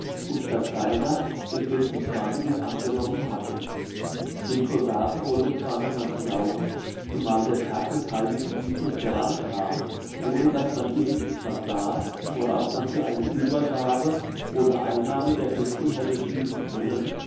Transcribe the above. und statt seiner den götzen swantewit angenommen hatten dem soldaten wollte zwar niemand glauben zumal da der tag des heiligen vitus herankam ohne daß man irgend etwas sah woraus man für eine uebergabe oder einnahme der festung hätte schließen können